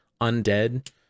Undead